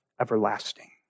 everlasting